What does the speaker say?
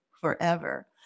forever